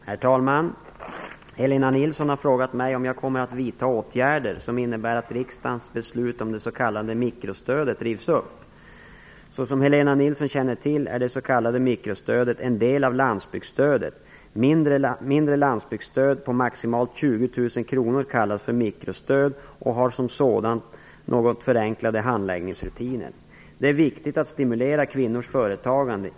Herr talman! Helena Nilsson har frågat mig om jag kommer att vidta åtgärder som innebär att riksdagens beslut om det s.k. mikrostödet rivs upp. Såsom Helena Nilsson känner till är det s.k. mikrostödet en del av landsbygdsstödet; mindre landsbygdsstöd på maximalt 20 000 kronor kallas för mikrostöd och har som sådana något förenklade handläggningsrutiner. Det är viktigt att stimulera kvinnors företagande.